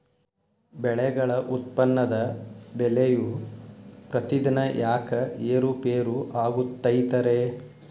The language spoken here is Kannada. ಬೆಳೆಗಳ ಉತ್ಪನ್ನದ ಬೆಲೆಯು ಪ್ರತಿದಿನ ಯಾಕ ಏರು ಪೇರು ಆಗುತ್ತೈತರೇ?